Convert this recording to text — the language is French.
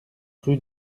rue